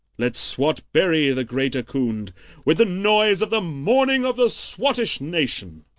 let swat bury the great ahkoond with the noise of the mourning of the swattish nation!